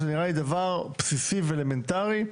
זה נראה לי דבר בסיסי ואלמנטרי.